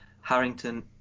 Harrington